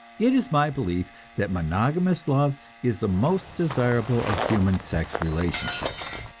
it is my belief that monogamous love is the most desirable of human sex relationships,